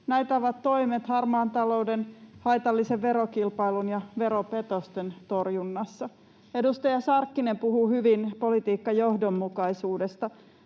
Näitä ovat toimet harmaan talouden, haitallisen verokilpailun ja veropetosten torjunnassa. Edustaja Sarkkinen puhui hyvin politiikkajohdonmukaisuudesta.